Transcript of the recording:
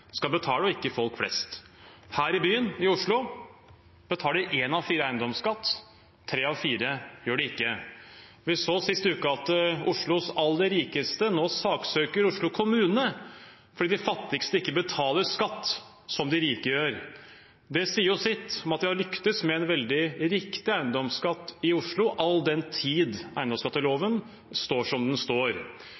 skal betale og ikke folk flest. Her i byen, i Oslo, betaler én av fire eiendomsskatt. Tre av fire gjør det ikke. Vi så sist uke at Oslos aller rikeste nå saksøker Oslo kommune fordi de fattigste ikke betaler skatt, som de rike gjør. Det sier sitt om at de har lyktes med en veldig riktig eiendomsskatt i Oslo, all den tid